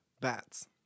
Bats